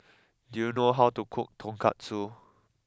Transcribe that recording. do you know how to cook Tonkatsu